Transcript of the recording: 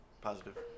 Positive